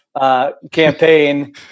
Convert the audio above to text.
campaign